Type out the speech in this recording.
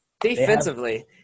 Defensively